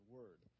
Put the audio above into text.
Word